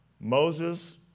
Moses